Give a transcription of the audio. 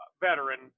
veteran